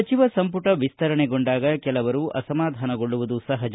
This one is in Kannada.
ಸಚಿವ ಸಂಪುಟ ವಿಸ್ತರಣೆಗೊಂಡಾಗ ಕೆಲವರು ಅಸಮಾಧಾನಗೊಳ್ಳುವುದು ಸಹಜ